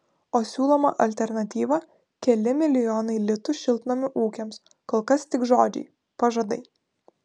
o siūloma alternatyva keli milijonai litų šiltnamių ūkiams kol kas tik žodžiai pažadai